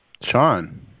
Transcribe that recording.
Sean